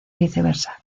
viceversa